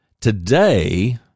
Today